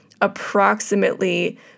approximately